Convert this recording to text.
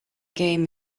game